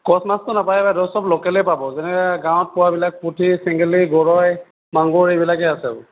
কচ মাছটো নাপায় বাইদেউ সব লোকেলেই পাব যেনে গাঁৱত পোৱাবিলাক পুথি চেঙেলি গৰৈ মাগুৰ এইবিলাকেই আছে অকল